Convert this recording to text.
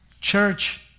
Church